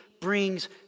brings